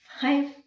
Five